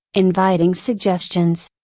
inviting suggestions.